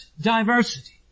diversity